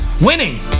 winning